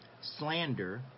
slander